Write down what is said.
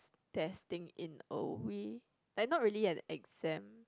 testing in a way like not really an exam